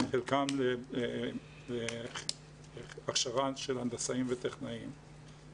חלקם להכשרה של הנדסאים וטכנאים,